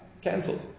cancelled